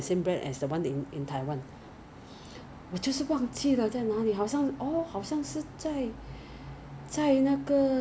they don't know they don't know because because whenever we report to the W_H_O right the the numbers right we are still two hundred plus three hundred plus four hundred plus daily